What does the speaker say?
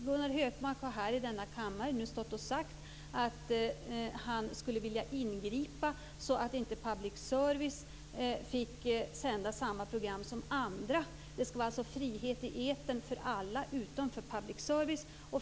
Gunnar Hökmark har här i denna kammare nu stått och sagt att han skulle vilja ingripa så att inte public service får sända samma program som andra. Det skall alltså råda frihet i etern för alla utom för public service!